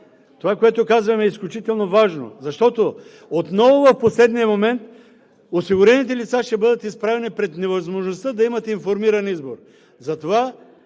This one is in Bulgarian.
Това, което казвам, е изключително важно, защото отново в последния момент осигурените лица ще бъдат изправени пред невъзможността да имат информиран избор.